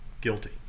guilty